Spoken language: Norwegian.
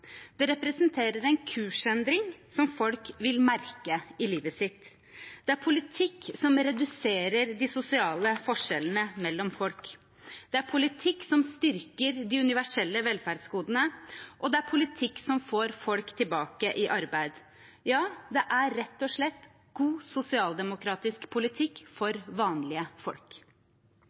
Det representerer en kursendring som folk vil merke i livet sitt. Det er politikk som reduserer de sosiale forskjellene mellom folk, det er politikk som styrker de universelle velferdsgodene, og det er politikk som får folk tilbake i arbeid – ja, det er rett og slett god sosialdemokratisk politikk for vanlige folk.